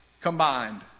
combined